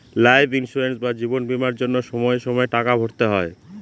life insurance বা জীবন বীমার জন্য সময়ে সময়ে টাকা ভরতে হয়